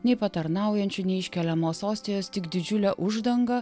nei patarnaujančių nei iškeliamos ostijos tik didžiulė uždanga